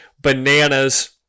bananas